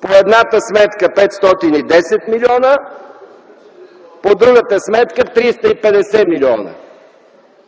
По едната сметка са 510 милиона, по другата сметка – 35 милиона,